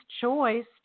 choice